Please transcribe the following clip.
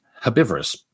herbivorous